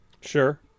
Sure